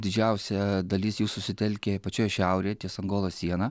didžiausia dalis jų susitelkė pačioj šiaurėj ties angolos siena